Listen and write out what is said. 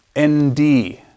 ND